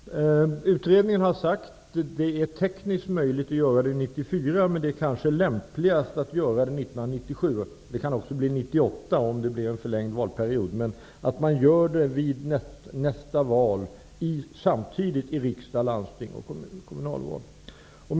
Utredningen har sagt att det är tekniskt möjligt att genomföra förslaget 1994 men att det kanske är lämpligast att vänta till 1997 -- det kan också bli 1998, om valperioden blir förlängd. Tanken är alltså att förslaget skall genomföras i samband med nästa val och att det skall ske samtidigt vid valen till riksdag, kommunfullmäktige och landsting.